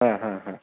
हा हा हा